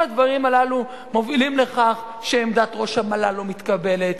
כל הדברים הללו מובילים לכך שעמדת ראש המל"ל לא מתקבלת,